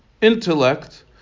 intellect